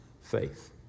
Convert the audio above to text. faith